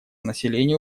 населению